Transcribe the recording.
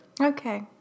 Okay